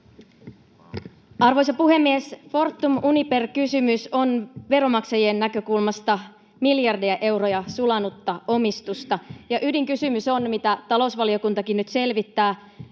Arvoisa puhemies! Fortum—Uniper‑kysymys on veronmaksajien näkökulmasta miljardeja euroja sulanutta omistusta, ja ydinkysymys, mitä talousvaliokuntakin nyt selvittää,